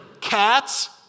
cats